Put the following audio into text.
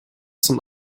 zum